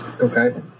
Okay